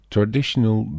Traditional